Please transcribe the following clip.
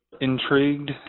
intrigued